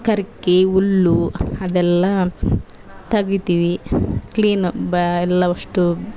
ಗರ್ಕೆ ಹುಲ್ಲು ಅವೆಲ್ಲ ತೆಗಿತೀವಿ ಕ್ಲೀನ್ ಬ್ಯಾ ಎಲ್ಲ ಅಷ್ಟು